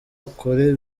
ukuri